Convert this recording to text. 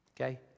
okay